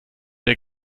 der